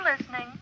listening